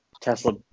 Tesla